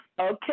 Okay